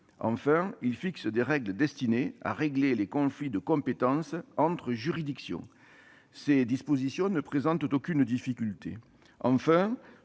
d'appel, et fixe des règles destinées à régler les conflits de compétences entre juridictions. Ces dispositions ne présentent aucune difficulté.